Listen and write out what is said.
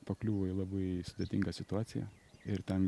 pakliuvo į labai sudėtingą situaciją ir ten